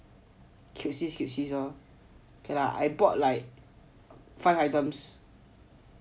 cutesies cutesies lor I bought like five items